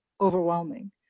overwhelming